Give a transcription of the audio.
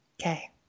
Okay